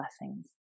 blessings